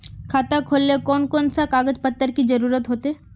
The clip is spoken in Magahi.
खाता खोलेले कौन कौन सा कागज पत्र की जरूरत होते?